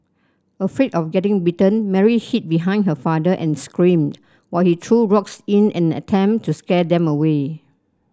afraid of getting bitten Mary hid behind her father and screamed while he threw rocks in an attempt to scare them away